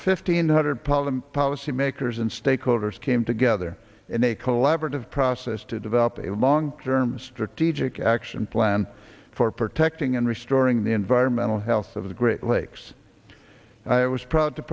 fifteen hundred public policy makers and stakeholders came together in a collaborative process to develop a long term strategic action plan for protecting in restoring the environmental health of the great lakes i was proud to